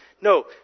No